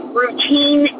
routine